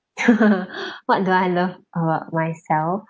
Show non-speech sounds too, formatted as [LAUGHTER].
[LAUGHS] [BREATH] what do I love about myself